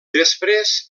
després